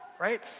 right